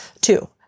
two